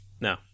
No